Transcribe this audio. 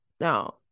Now